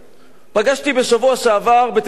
פגשתי בשבוע שעבר בתל-אביב,